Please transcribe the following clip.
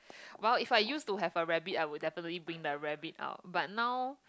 but if I used to have a rabbit I would definitely bring the rabbit out but now